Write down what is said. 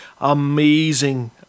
amazing